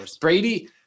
brady